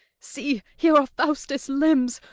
see, here are faustus' limbs,